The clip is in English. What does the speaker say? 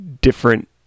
different